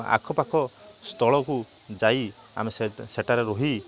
ଆଖପାଖ ସ୍ଥଳକୁ ଯାଇ ଆମେ ସେଠାରେ ରହି